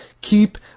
keep